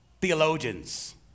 theologians